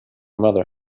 mother